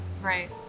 Right